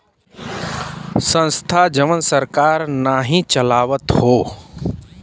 संस्था जवन सरकार नाही चलावत हौ